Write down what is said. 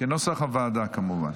כנוסח הוועדה כמובן.